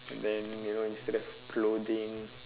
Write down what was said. and then you know instead of clothing